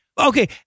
Okay